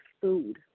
food